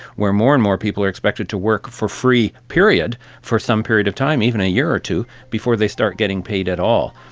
where more and more people are expected to work for free, period, for some period time, even a year or two, before they start getting paid at all,